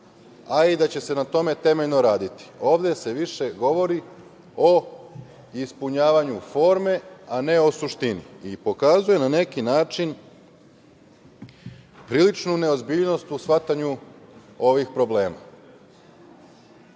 a i da će se na tome temeljno raditi. Ovde se više govori o ispunjavanju forme, a ne o suštini i pokazuje na neki način priličnu neozbiljnost u shvatanju ovih problema. Dugo